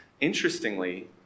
interestingly